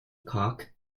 cock